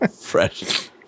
Fresh